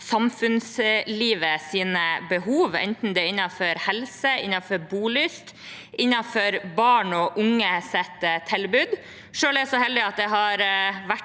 samfunnslivets behov, enten det er innenfor helse, innenfor bolyst eller innenfor barn og unges tilbud. Selv er jeg så heldig at jeg har vært